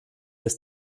des